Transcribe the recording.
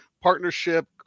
partnership